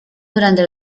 durante